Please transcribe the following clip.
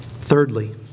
Thirdly